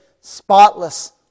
spotless